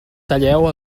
talleu